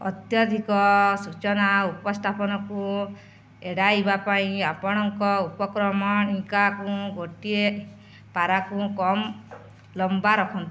ଅତ୍ୟଧିକ ସୂଚନା ଉପସ୍ଥାପନକୁ ଏଡ଼ାଇବା ପାଇଁ ଆପଣଙ୍କ ଉପକ୍ରମଣିକାକୁ ଗୋଟିଏ ପାରାରୁ କମ୍ ଲମ୍ବା ରଖନ୍ତୁ